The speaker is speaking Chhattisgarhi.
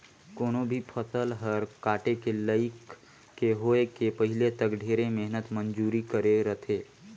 कोनो भी फसल हर काटे के लइक के होए के पहिले तक ढेरे मेहनत मंजूरी करे रथे